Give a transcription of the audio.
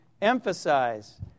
emphasize